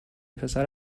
پسر